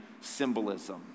symbolism